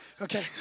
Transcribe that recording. Okay